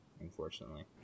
unfortunately